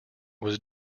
was